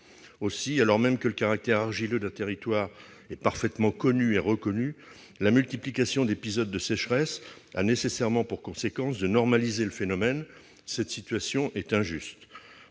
Aussi, alors que le caractère argileux d'un territoire est parfaitement connu et reconnu, la multiplication d'épisodes de sécheresse a nécessairement pour conséquence de normaliser le phénomène. Cette situation est injuste.